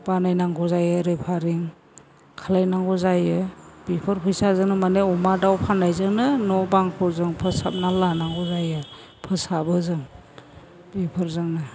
बानायनांगौ जायो आरो फारि खालामनांगौ जायो बेफोर फैसाजोंनो माने अमा दाउ फाननायजोंनो न' बांखौ जों फोसाबना लानांगौ जायो फोसाबो जों बेफोरजोंनो